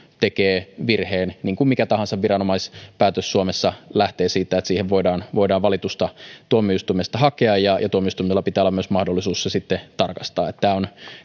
tekee virheen niin kuin mikä tahansa viranomaispäätös suomessa lähtee siitä että siihen voidaan voidaan valitusta tuomioistuimesta hakea ja ja tuomioistuimella pitää myös olla mahdollisuus se sitten tarkastaa tämä on